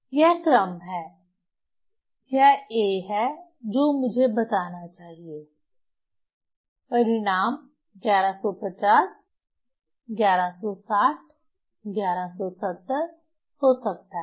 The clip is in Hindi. यह कोटि है यह a है जो मुझे बताना चाहिए परिणाम 1150 1160 1170 हो सकता है